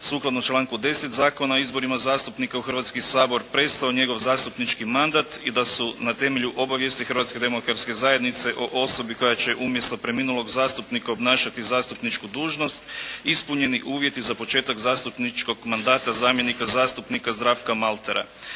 sukladno članku 10. Zakona o izborima zastupnika u Hrvatski sabor prestao njegov zastupnički mandat i da su na temelju obavijesti Hrvatske demokratske zajednice o osobi koja će umjesto preminulog zastupnika obnašati zastupničku dužnost ispunjeni uvjeti za početak zastupničkog mandata zamjenika zastupnika Zdravka Maltara.